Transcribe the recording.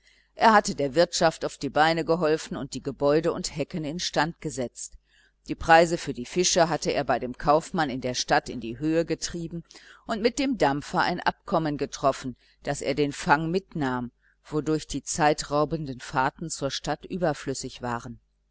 er hatte der wirtschaft auf die beine geholfen und die gebäude und hecken instand gesetzt die preise für die fische hatte er bei dem kaufmann in der stadt in die höhe getrieben und mit dem dampfer ein abkommen getroffen daß er den fang mitnahm wodurch die zeitraubenden fahrten zur stadt überflüssig waren